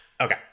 Okay